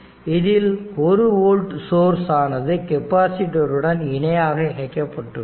இதில் 1 volt source ஆனது capacitor உடன் இணையாக இணைக்கப்பட்டுள்ளது